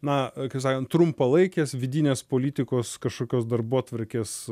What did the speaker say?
na kaip sakant trumpalaikės vidinės politikos kažkokios darbotvarkės